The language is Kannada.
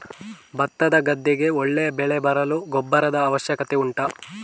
ಭತ್ತದ ಗದ್ದೆಗೆ ಒಳ್ಳೆ ಬೆಳೆ ಬರಲು ಗೊಬ್ಬರದ ಅವಶ್ಯಕತೆ ಉಂಟಾ